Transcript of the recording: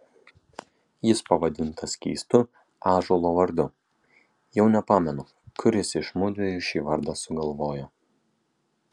jis pavadintas keistu ąžuolo vardu jau nepamenu kuris iš mudviejų šį vardą sugalvojo